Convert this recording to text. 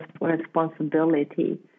responsibility